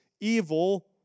evil